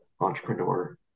entrepreneur